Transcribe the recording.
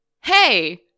Hey